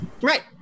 Right